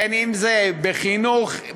אם בחינוך,